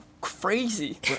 crazy